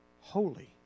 holy